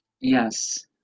Yes